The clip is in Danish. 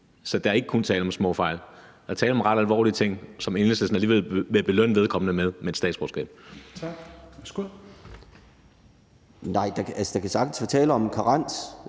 Så der er ikke kun tale om små fejl; der er tale om ret alvorlige ting, som Enhedslisten alligevel vil belønne vedkommende for med et statsborgerskab.